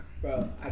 Bro